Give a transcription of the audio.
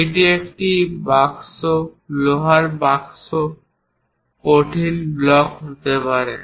এটি একটি বাক্স লোহার বাক্স কঠিন ব্লক হতে পারে